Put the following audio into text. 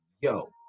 Yo